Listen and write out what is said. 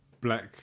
black